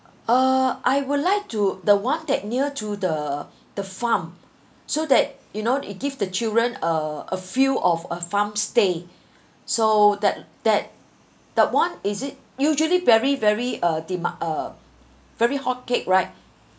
uh I would like to the one that near to the the farm so that you know it give the children uh a few of a farm's stay so that that that one is it usually very very uh demand uh very hot cake right